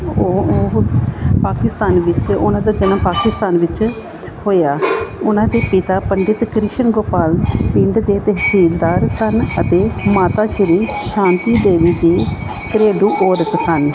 ਉਹ ਉਹ ਪਾਕਿਸਤਾਨ ਵਿੱਚ ਉਹਨਾਂ ਦਾ ਜਨਮ ਪਾਕਿਸਤਾਨ ਵਿੱਚ ਹੋਇਆ ਉਹਨਾਂ ਦੇ ਪਿਤਾ ਪੰਡਿਤ ਕ੍ਰਿਸ਼ਨ ਗੋਪਾਲ ਪਿੰਡ ਦੇ ਤਹਿਸੀਲਦਾਰ ਸਨ ਅਤੇ ਮਾਤਾ ਸ਼੍ਰੀ ਸ਼ਾਂਤੀ ਦੇਵੀ ਜੀ ਘਰੇਲੂ ਔਰਤ ਸਨ